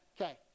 Okay